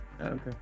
okay